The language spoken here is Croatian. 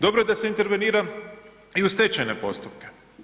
Dobro je da se intervenira i u stečajne postupke.